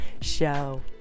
show